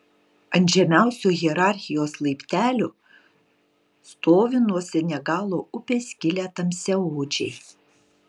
ant žemiausio hierarchijos laiptelio stovi nuo senegalo upės kilę tamsiaodžiai